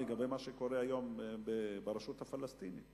לגבי מה שקורה היום ברשות הפלסטינית,